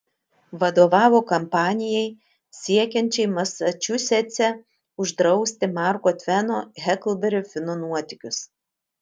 vadovavo kampanijai siekiančiai masačusetse uždrausti marko tveno heklberio fino nuotykius